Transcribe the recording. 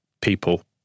people